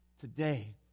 Today